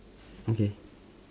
okay